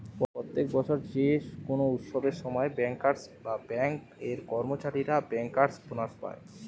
প্রত্যেক বছর যে কোনো উৎসবের সময় বেঙ্কার্স বা বেঙ্ক এর কর্মচারীরা বেঙ্কার্স বোনাস পায়